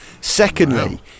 Secondly